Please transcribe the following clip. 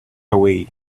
away